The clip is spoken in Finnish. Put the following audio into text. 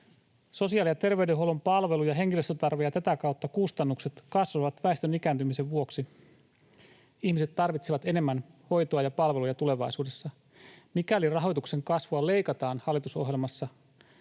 ”Sosiaali- ja terveydenhuollon palvelu- ja henkilöstötarve ja tätä kautta kustannukset kasvavat väestön ikääntymisen vuoksi. Ihmiset tarvitsevat enemmän hoitoa ja palveluja tulevaisuudessa. Mikäli rahoituksen kasvua leikataan hallitusohjelmassa